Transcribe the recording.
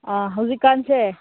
ꯍꯧꯖꯤꯛꯀꯥꯟꯁꯦ